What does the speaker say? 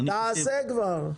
תעשה כבר.